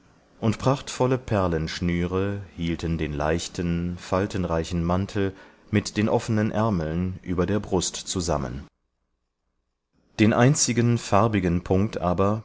und prachtvolle perlenschnüre hielten den leichten faltenreichen mantel mit den offenen ärmeln über der brust zusammen den einzigen farbigen punkt aber